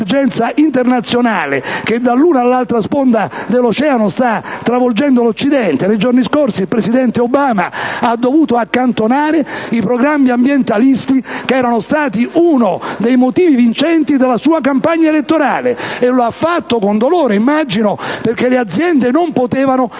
che, dall'una all'altra sponda dell'oceano, sta travolgendo l'Occidente. Nei giorni scorsi il presidente Obama ha dovuto accantonare i programmi ambientalisti che erano stati uno dei motivi vincenti della sua campagna elettorale (immagino lo abbia fatto con dolore), perché le aziende non potevano sopportare